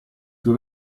più